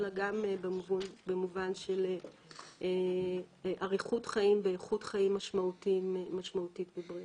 אלא גם במובן של אריכות חיים ואיכות חיים משמעותית ובריאה.